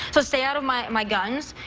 so stay out of my my guns,